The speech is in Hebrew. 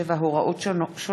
67) (הוראות שונות),